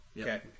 Okay